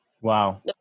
Wow